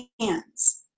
hands